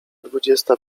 dwudziesta